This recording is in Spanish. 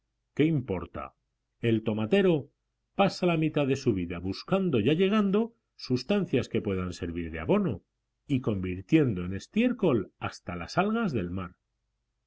qué importa el tomatero pasa la mitad de su vida buscando y allegando sustancias que puedan servir de abono y convirtiendo en estiércol hasta las algas del mar